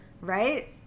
Right